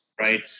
right